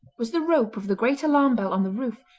was the rope of the great alarm bell on the roof,